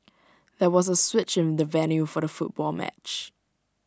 there was A switch in the venue for the football match